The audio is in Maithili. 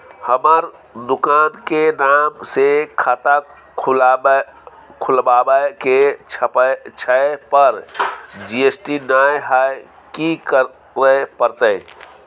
हमर दुकान के नाम से खाता खुलवाबै के छै पर जी.एस.टी नय हय कि करे परतै?